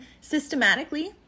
systematically